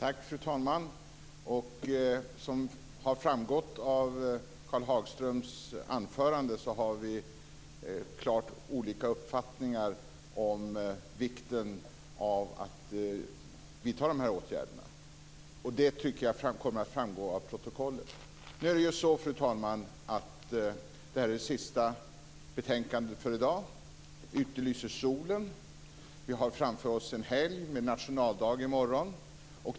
Fru talman! Som har framgått av Karl Hagströms anförande har vi klart olika uppfattningar om vikten av att vidta dessa åtgärder. Det kommer att framgå av protokollet. Nu är det ju så, fru talman, att det här är det sista betänkandet för i dag. Ute lyser solen. Vi har framför oss en helg med nationaldag, som infaller i morgon.